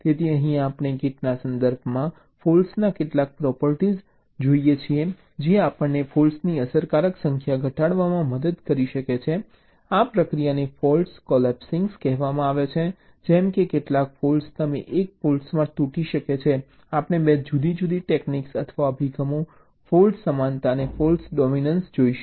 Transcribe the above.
તેથી અહીં આપણે ગેટના સંદર્ભમાં ફૉલ્ટ્ના કેટલાક પ્રોપર્ટીઝ જોઈએ છીએ જે આપણને ફૉલ્ટ્સની અસરકારક સંખ્યા ઘટાડવામાં મદદ કરી શકે છે આ પ્રક્રિયાને ફોલ્ટ કોલેપ્સિંગ કહેવામાં આવે છે જેમ કે કેટલાક ફૉલ્ટ્સ તમે એક ફોલ્ટમાં તૂટી શકે છે આપણે 2 જુદી જુદી ટેક્નીક્સ અથવા અભિગમો ફૉલ્ટ સમાનતા અને ફૉલ્ટ ડોમીનન્સ જોઈશું